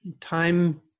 time